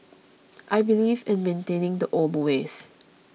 I believe in maintaining the old ways